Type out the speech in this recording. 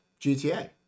GTA